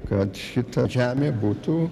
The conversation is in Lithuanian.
kad šita žemė būtų